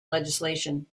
legislation